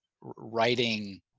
writing